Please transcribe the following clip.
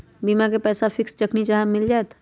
बीमा के पैसा फिक्स जखनि चाहम मिल जाएत?